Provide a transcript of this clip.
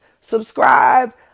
Subscribe